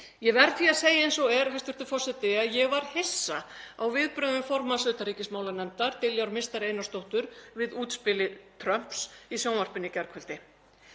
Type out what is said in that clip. Ég verð því að segja eins og er, hæstv. forseti, að ég varð hissa á viðbrögðum formanns utanríkismálanefndar, Diljár Mistar Einarsdóttur, við útspili Trumps í sjónvarpinu í gærkvöldi.